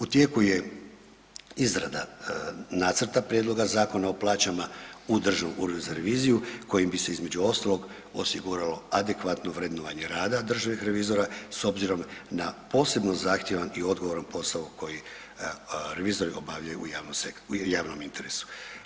U tijeku je izrada Nacrta prijedloga zakona o plaćama u Državnom uredu za reviziju kojim bi se između ostalog osiguralo adekvatno vrednovanje rada državnih revizora s obzirom na posebno zahtjevan i odgovoran posao koji revizori obavljaju u javnom interesu.